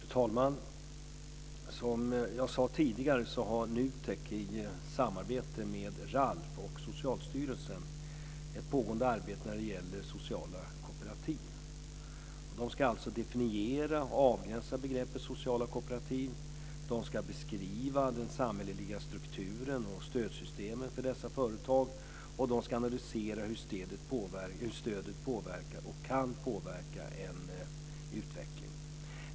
Fru talman! Som jag sade tidigare har NUTEK i samarbete med RALF och Socialstyrelsen påbörjat ett arbete som gäller sociala kooperativ. De ska alltså definiera och avgränsa begreppet sociala kooperativ. De ska beskriva den samhälleliga strukturen och stödsystemen för dessa företag, och de ska analysera hur stödet påverkar och kan påverka en utveckling.